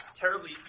terribly